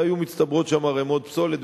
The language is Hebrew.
והיו מצטברות שם ערימות פסולת,